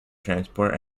transport